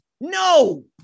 No